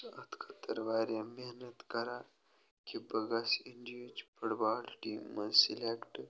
بہٕ اَتھ خٲطرٕ واریاہ محنت کَران کہِ بہٕ گژھٕ اِنڈہٕچ فُٹ بال ٹیٖم منٛز سِلٮ۪کٹہٕ